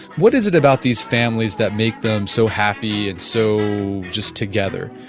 what is it about these families that make them so happy and so just together?